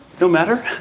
no matter.